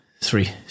Three